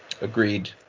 Agreed